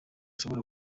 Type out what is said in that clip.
ashobora